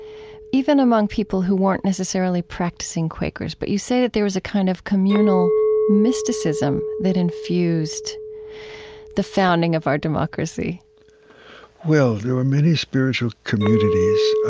even among people who weren't necessarily practicing quakers. but you say that there was a kind of communal mysticism that infused the founding of our democracy well, there were many spiritual communities, ah